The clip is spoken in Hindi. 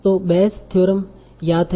तो बेयस थ्योरम याद है